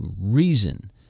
reason